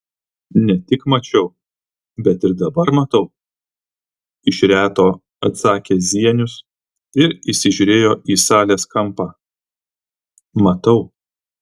ne tik mačiau bet ir dabar matau iš reto atsakė zienius ir įsižiūrėjo į salės kampą matau